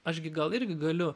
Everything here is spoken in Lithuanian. aš gi gal irgi galiu